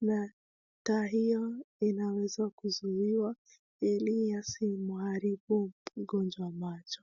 na taa hiyo inaweza kuzuiwa ili yasimharibu mgonjwa macho.